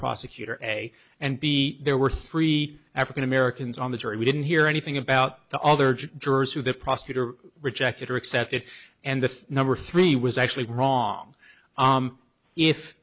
prosecutor a and b there were three african americans on the jury we didn't hear anything about the other jurors who the prosecutor rejected or accepted and the number three was actually wrong